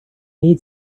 need